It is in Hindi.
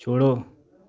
छोड़ो